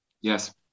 Yes